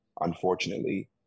unfortunately